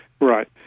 Right